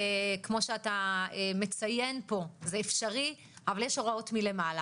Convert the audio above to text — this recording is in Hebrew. כפי שאתה מציין פה זה אפשרי אבל יש הוראות מלמעלה.